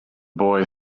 boy